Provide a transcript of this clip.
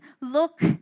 look